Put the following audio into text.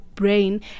Brain